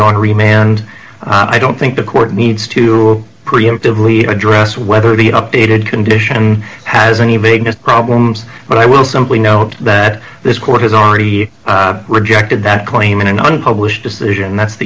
and i don't think the court needs to preemptively address whether the updated condition has any big problems but i will simply note that this court has already rejected that claim in an unpublished decision and that's th